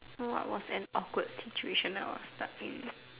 what was an awkward situation I was stuck in